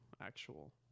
actual